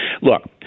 Look